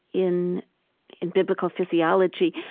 in in biblical physiology,